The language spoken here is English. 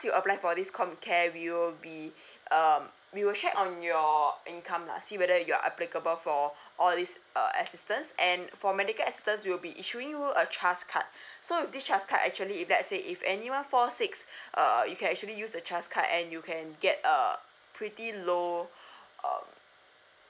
you apply for this comcare we will be um we will check on your income lah see whether you're applicable for all these uh assistance and for medical assistance we will be issuing you a chas card so with this chas card actually if let's say if anyone fall sick uh you can actually use the chas card and you can get a pretty low um